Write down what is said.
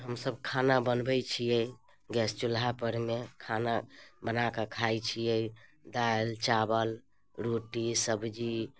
हमसब खाना बनबै छिए गैस चूल्हापरमे खाना बनाकऽ खाइ छिए दालि चावल रोटी सब्जी